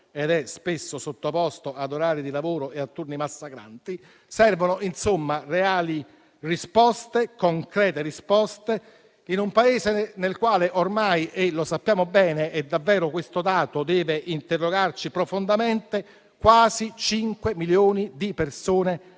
ed è spesso sottoposto ad orari di lavoro e turni massacranti. Servono insomma reali e concrete risposte in un Paese nel quale ormai - lo sappiamo bene e davvero questo dato deve interrogarci profondamente - quasi 5 milioni di persone hanno